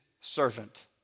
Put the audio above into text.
servant